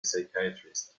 psychiatrist